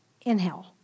Inhale